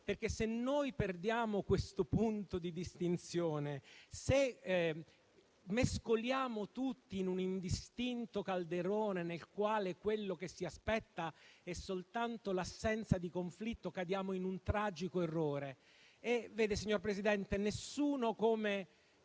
Se noi perdiamo questo punto di distinzione e mescoliamo tutti in un indistinto calderone nel quale quello che si aspetta è soltanto l'assenza di conflitto, cadiamo in un tragico errore. Vede, signor Presidente, nessuno come